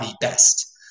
best